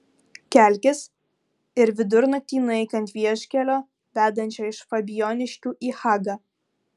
kelkis ir vidurnaktį nueik ant vieškelio vedančio iš fabijoniškių į hagą